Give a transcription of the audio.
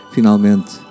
Finalmente